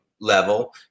level